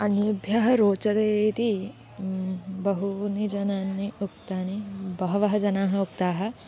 अन्येभ्यः रोचते इति बहूनि जनानि उक्तानि बहवः जनाः उक्ताः